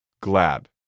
glad